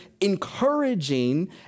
encouraging